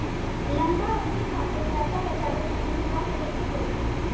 लंबा अवधि खातिर पैसा बचावे खातिर का करे के होयी?